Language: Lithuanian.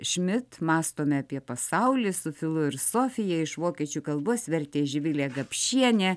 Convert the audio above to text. šmit mąstome apie pasaulį su filu ir sofija iš vokiečių kalbos vertė živilė gapšienė